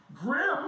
grim